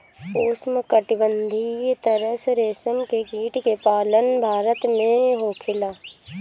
उष्णकटिबंधीय तसर रेशम के कीट के पालन भारत में होखेला